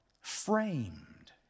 framed